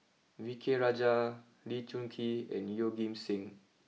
V K Rajah Lee Choon Kee and Yeoh Ghim Seng